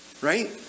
right